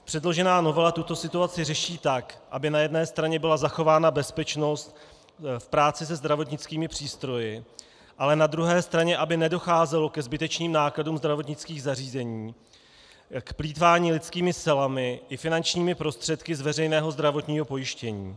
Předložená novela tuto situaci řeší tak, aby na jedné straně byla zachována bezpečnost v práci se zdravotnickými přístroji, ale na druhé straně aby nedocházelo ke zbytečným nákladům zdravotnických zařízení, k plýtvání lidskými silami i finančními prostředky z veřejného zdravotního pojištění.